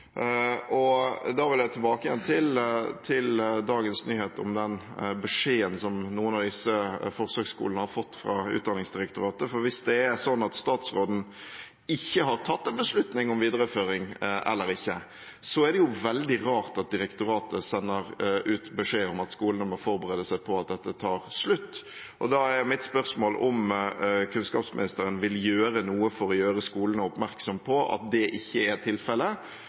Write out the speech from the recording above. vil da tilbake igjen til dagens nyhet om den beskjeden som noen av disse forsøksskolene har fått fra Utdanningsdirektoratet – for hvis det er sånn at statsråden ikke har tatt en beslutning om videreføring eller ikke, er det jo veldig rart at direktoratet sender ut beskjed om at skolene må forberede seg på at dette tar slutt. Da er mitt spørsmål: Vil kunnskapsministeren gjøre noe for å gjøre skolene oppmerksom på at det ikke er tilfellet,